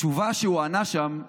התשובה שהוא ענה שם הייתה: